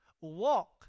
Walk